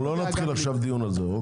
אנחנו לא נתחיל דיון על זה עכשיו.